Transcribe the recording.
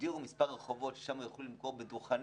תגדירו מספר רחובות ששם יוכלו למכור בדוכנים,